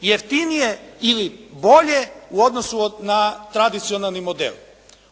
jeftinije ili bolje u odnosu na tradicionalni model.